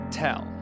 tell